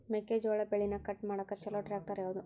ಮೆಕ್ಕೆ ಜೋಳ ಬೆಳಿನ ಕಟ್ ಮಾಡಾಕ್ ಛಲೋ ಟ್ರ್ಯಾಕ್ಟರ್ ಯಾವ್ದು?